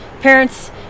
parents